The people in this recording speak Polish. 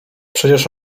przecież